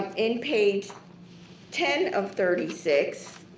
in page ten of thirty six,